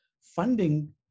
funding